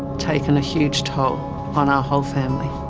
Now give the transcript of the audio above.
taken a huge toll on our whole family.